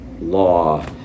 law